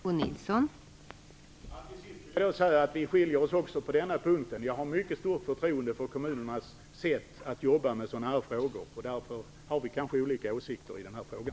Fru talman! Till sist vill jag säga att vi skiljer oss också på denna punkt. Jag har mycket stort förtroende för kommunernas sätt att jobba med sådana här frågor. Därför har vi kanske olika åsikter om detta.